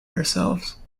ourselves